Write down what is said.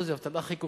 שהיתה 5% אבטלה?